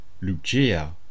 Lucia